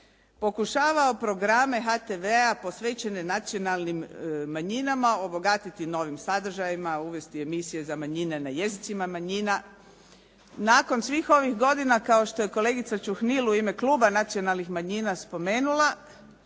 pokušavao programe HTV-a posvećene nacionalnim manjinama obogatiti novim sadržajima, uvesti emisije za manjine na jezicima manjina. Nakon svih ovih godina kao što je kolegica Čuhnil u ime kluba nacionalnih manjina spomenula,